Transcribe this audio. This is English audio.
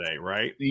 right